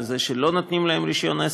על זה שלא נותנים להם רישיון עסק,